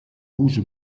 rouge